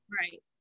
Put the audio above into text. Right